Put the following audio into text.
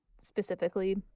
specifically